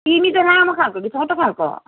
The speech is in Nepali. सिमी चाहिँ लामो खालको कि छोटो खालको